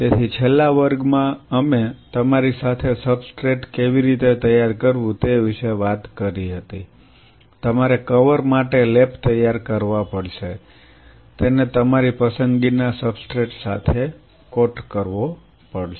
તેથી છેલ્લા વર્ગમાં અમે તમારી સાથે સબસ્ટ્રેટ કેવી રીતે તૈયાર કરવું તે વિશે વાત કરી હતી તમારે કવર માટે લેપ તૈયાર કરવા પડશે તેને તમારી પસંદગીના સબસ્ટ્રેટ સાથે કોટ કરવો પડશે